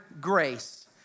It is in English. grace